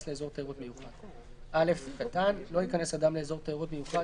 לאזור תיירות מיוחד 12ד. (א)לא ייכנס אדם לאזור תיירות מיוחד